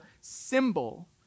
symbol